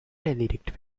erledigt